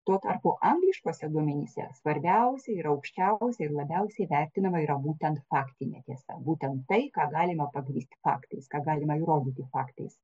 tuo tarpu angliškose duomenyse svarbiausia ir aukščiausia ir labiausiai vertinama yra būtent faktinė tiesa būtent tai ką galima pagrįsti faktais ką galima įrodyti faktais